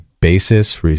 basis